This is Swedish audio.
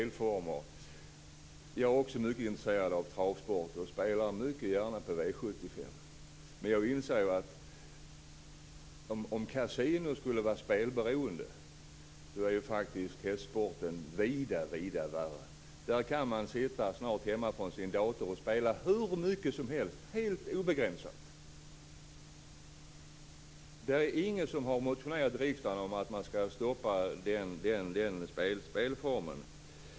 Jag är också mycket intresserad av travsport, och jag spelar gärna på V 75. Men jag inser att om kasinospel skulle leda till spelberoende, är hästsporten vida värre. Där kan man snart sitta hemma vid sin dator och spela hur mycket som helst, helt obegränsat. Det är ingen som har väckt motioner i riksdagen om att stoppa den spelformen.